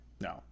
No